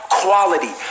quality